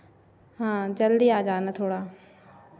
हाँ जल्दी आ जाना थोड़ा